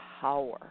power